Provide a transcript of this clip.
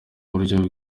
buryo